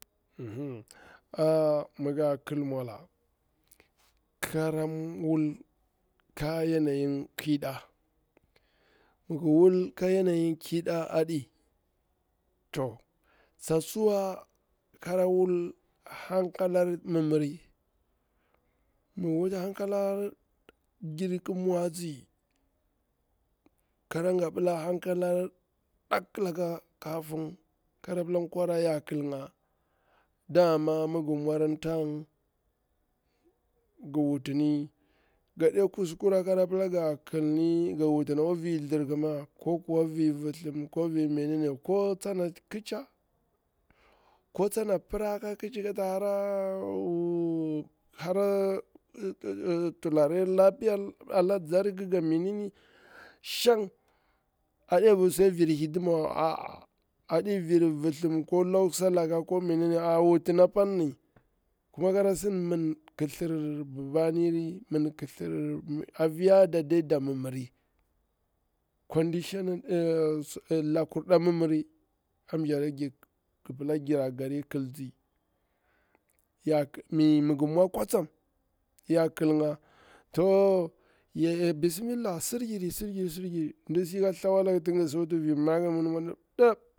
mi nga kil mwala kara wul ka yanayi ƙir nɗa, mi ngir wul ka yanayir ƙida aɗi to tsatsu wa kara wul hankalari mimmiri, hankalari mi gir gabila hankala mdakilaka, dakilaka kafin kara pila kwara ya kil nga. Dama mi ngir mwari tang, ngi wutini gaɗe kuskura kara pila nga kilni ngi wutini akwa vir thlirkima ko vir vithim ko vir menene ko tsana ƙitcha, ko tsana pira ka kitcha kata hara ka tsa hara thlare lapiya ala nzari nga ga mi ni ni shang aɗi apir sai vir hidimawa vir vithim ko lausa laka ko minini a wutini apanni, mwar kara sidi min kithir babani ri, a fiyadi nda mimmiri ey shang lakur da mimmiri. conditional ke abila gira garir kiltsi, mi gir mwa kwatsam yakil nga ey bismillah gir giri gir giri, tin ng si wuti hankalani tap.